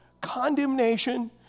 condemnation